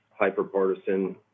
hyperpartisan